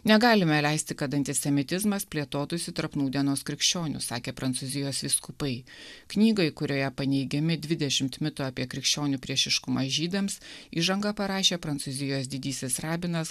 negalime leisti kad antisemitizmas plėtotųsi tarp nūdienos krikščionių sakė prancūzijos vyskupai knygoj kurioje paneigiami dvidešimt mitų apie krikščionių priešiškumą žydams įžangą parašė prancūzijos didysis rabinas